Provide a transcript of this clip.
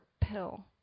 pill